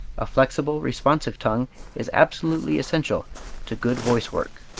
a flexible, responsive tongue is absolutely essential to good voice work.